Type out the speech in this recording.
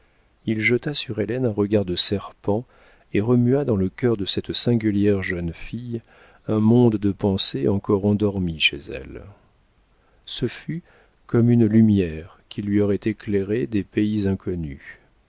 il jeta sur hélène un regard de serpent et remua dans le cœur de cette singulière jeune fille un monde de pensées encore endormi chez elle ce fut comme une lumière qui lui aurait éclairé des pays inconnus